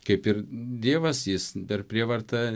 kaip ir dievas jis per prievartą